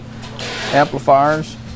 amplifiers